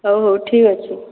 ହଉ ହଉ ଠିକ୍ ଅଛି